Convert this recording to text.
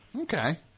Okay